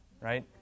right